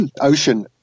ocean